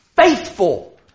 faithful